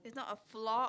its not a vlog